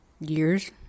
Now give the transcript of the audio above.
Years